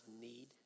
need